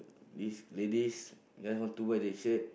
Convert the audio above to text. these ladies just want to buy the shirt